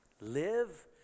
live